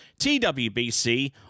TWBC